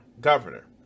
governor